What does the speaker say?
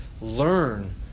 learn